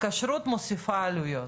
הכשרות מוסיפה עלויות,